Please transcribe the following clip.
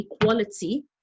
equality